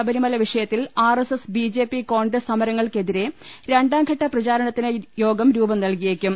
ശബരിമല വിഷയത്തിൽ RSS BJP Congress സമരങ്ങൾക്കെതിരെ രണ്ടാംഘട്ട പ്രചാരണത്തിന് യോഗം രൂപം നൽകിയേക്കും